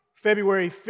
February